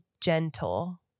gentle